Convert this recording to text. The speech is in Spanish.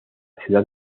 ciudad